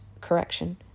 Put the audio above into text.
correction